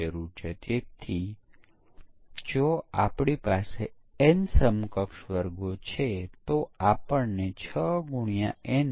જ્યારે મૈત્રીપૂર્ણ ગ્રાહકો દ્વારા બીટા પરીક્ષણ કરવામાં આવ્યું છે આપણે તેમને ફક્ત ઓફર કરી છે કે મહેરબાની કરીને સોફ્ટવેરનો ઉપયોગ કરો અને તપાસ કરો કે શું તે બરાબર કામ કરે છે કે નહીં અને તેમાં ભૂલો છે કે કેમ